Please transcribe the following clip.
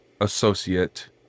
associate